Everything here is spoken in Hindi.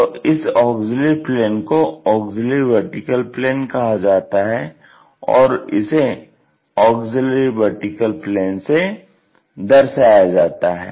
तो इस ऑग्ज़िल्यरी प्लेन को ऑग्ज़िल्यरी वर्टीकल प्लेन कहा जाता है और इसे AVP से दर्शाया जाता है